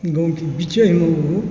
गाँवके बीचेमे ओ